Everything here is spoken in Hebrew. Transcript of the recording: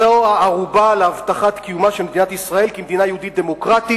זו הערובה להבטחת קיומה של מדינת ישראל כמדינה יהודית-דמוקרטית.